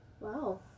Wow